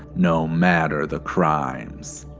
no matter the crimes.